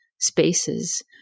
spaces